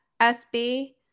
sb